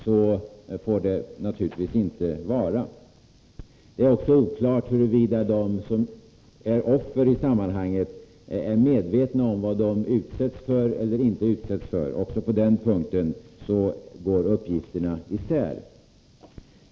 Så får det naturligtvis inte vara. Det är också oklart huruvida de som är offer i sammanhanget är medvetna om vad de utsätts för eller inte utsätts för. Också på den punkten går uppgifterna isär.